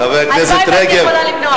הלוואי שהייתי יכולה למנוע.